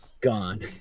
gone